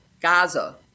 Gaza